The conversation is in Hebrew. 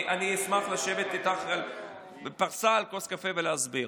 אני אשמח לשבת איתך בפרסה על כוס קפה ולהסביר.